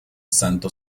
santo